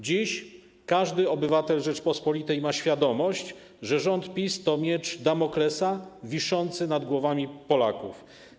Dziś każdy obywatel Rzeczypospolitej ma świadomość, że rząd PiS to miecz Damoklesa wiszący nad głowami Polaków.